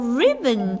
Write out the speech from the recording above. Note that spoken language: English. ribbon